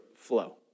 flow